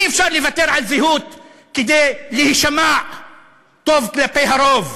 אי-אפשר לוותר על זהות כדי להישמע טוב כלפי הרוב.